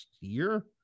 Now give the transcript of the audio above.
year